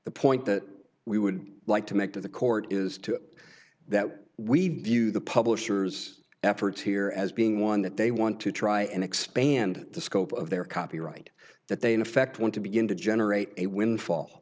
the point that we would like to make to the court is to it that we view the publisher's efforts here as being one that they want to try and expand the scope of their copyright that they in effect want to begin to generate a windfall